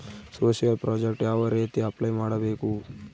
Social project ಯಾವ ರೇತಿ apply ಮಾಡಬೇಕು?